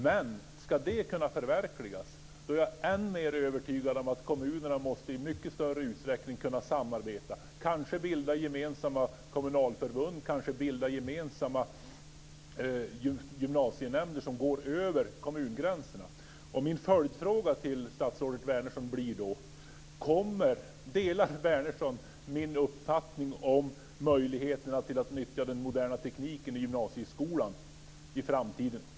Men om det ska kunna förverkligas är jag än mer övertygad om att kommunerna i mycket större utsträckning måste kunna samarbeta. De kanske kan bilda gemensamma kommunalförbund och gemensamma gymnasienämnder som går över kommungränserna. Mina följdfrågor till statsrådet Wärnersson blir: Delar hon min uppfattning om möjligheterna att nyttja den moderna tekniken i gymnasieskolan i framtiden?